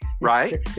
right